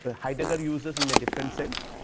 ah heidegger uses in a difference sense.